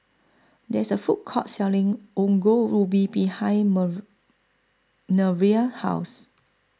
There IS A Food Court Selling Ongol Ubi behind Nervia's House